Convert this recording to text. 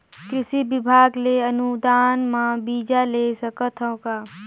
कृषि विभाग ले अनुदान म बीजा ले सकथव का?